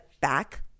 back